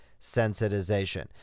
sensitization